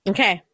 Okay